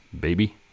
baby